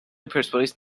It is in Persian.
پرسپولیس